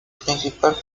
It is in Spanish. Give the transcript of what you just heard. principal